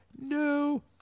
No